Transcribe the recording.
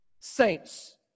saints